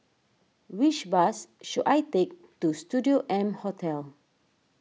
which bus should I take to Studio M Hotel